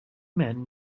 men